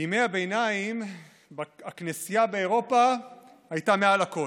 בימי הביניים הכנסייה באירופה הייתה מעל הכול.